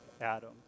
Adam